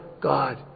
God